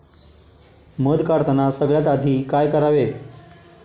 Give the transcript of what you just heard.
मध काढताना सगळ्यात आधी काय करावे?